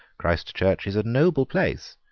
christ church is a noble place.